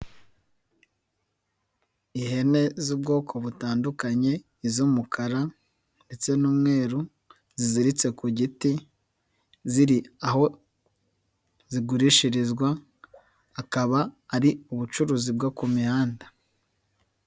Ihene z'ubwoko butandukanye iz'umukara ndetse n'umweru ziziritse ku giti ziri aho zigurishirizwa akaba ari ubucuruzi bwo ku mihanda.